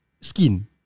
skin